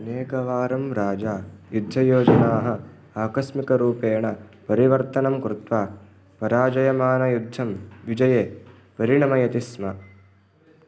अनेकवारं राजा युद्धयोजनाः आकस्मिकरूपेण परिवर्तनं कृत्वा पराजयमानयुद्धं विजये परिणमयति स्म